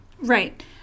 Right